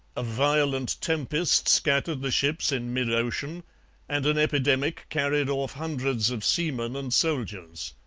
a violent tempest scattered the ships in mid-ocean and an epidemic carried off hundreds of seamen and soldiers.